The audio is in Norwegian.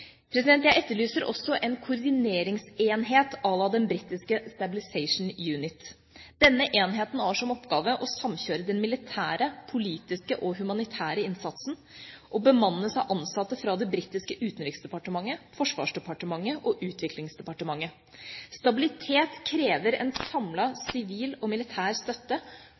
Jeg etterlyser også en koordineringsenhet à la den britiske Stabilisation Unit. Denne enheten har som oppgave å samkjøre den militære, politiske og humanitære innsatsen og bemannes av ansatte fra det britiske utenriksdepartementet, forsvarsdepartementet og utviklingsdepartementet. Stabilitet krever en samlet sivil og militær støtte,